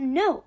no